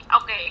Okay